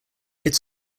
its